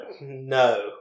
No